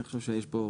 אני חושה שיש כאן